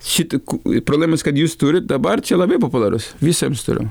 ši tik problemos kad jūs turit dabar čia labai populiarus visiems turiu